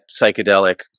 psychedelic